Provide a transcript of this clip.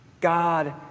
God